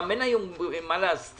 גם אין היום מה להסתיר,